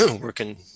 working